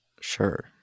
sure